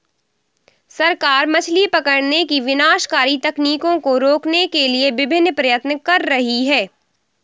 सरकार मछली पकड़ने की विनाशकारी तकनीकों को रोकने के लिए विभिन्न प्रयत्न कर रही है